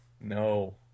No